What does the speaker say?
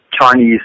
Chinese